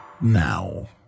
now